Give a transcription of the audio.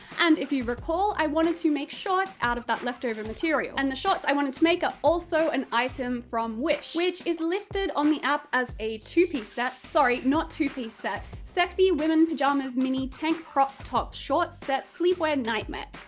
and if you recall i wanted to make shorts out of that leftover material and the shorts i wanted to make are also an item from wish, which is listed on the app as a two piece set sorry, not two piece set, sexy women pajamas mini tank crop tops shorts set sleepwear nightmare.